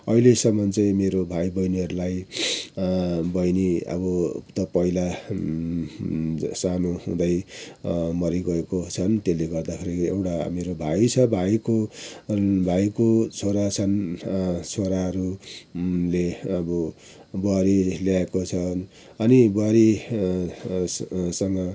अहिलेसम्म चाहिँ मेरो भाइ बहिनीहरूलाई बहिनी अब त पहिला सानो हुदैँ मरी गएको छन् त्यसले गर्दाखेरि एउटा मेरो भाइ छ भाइको भाइको छोरा छन् छोराहरूले अब बुहारी ल्याएको छ अनि बुहारी स स सँग